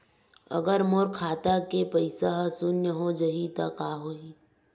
अगर मोर खाता के पईसा ह शून्य हो जाही त का होही?